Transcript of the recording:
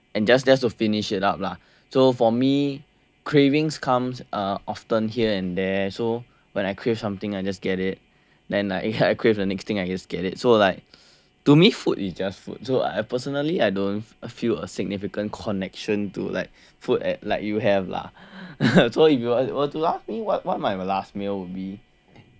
and just just to finish it up lah so for me cravings comes are often here and there so when I crave something I just get it then like I I crave the next thing I just get it so like to me food is just food so I personally I don't feel a significant connection to like food at like you have lah so if you were to ask me what what my last meal would be